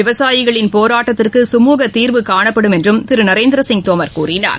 விவசாயிகளின் போராட்டத்திற்கு சுமூக தீர்வு காணப்படும் என்றும் திரு நரேந்திர சிங் தோமர் கூறினார்